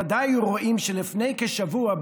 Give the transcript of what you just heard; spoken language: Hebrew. ודאי היו רואים שלפני כשבוע,